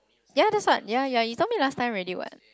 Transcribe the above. ya that's what ya ya you told me last time already what